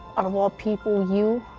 um all people, you,